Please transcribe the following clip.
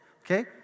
Okay